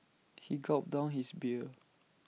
he gulped down his beer